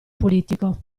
politico